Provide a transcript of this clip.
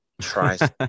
tries